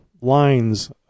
lines